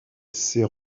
s’est